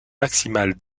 maximale